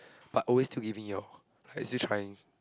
but always still give me your like still trying